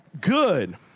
good